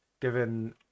given